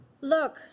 Look